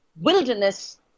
wilderness